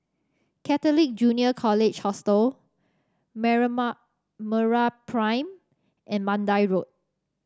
Catholic Junior College Hostel and Mandai Road